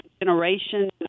generation